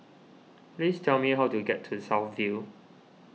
please tell me how to get to South View